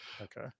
Okay